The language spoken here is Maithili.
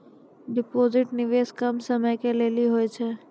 डिपॉजिट निवेश कम समय के लेली होय छै?